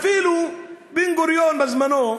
אפילו בן-גוריון, בזמנו,